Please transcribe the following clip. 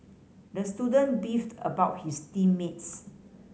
the student beefed about his team mates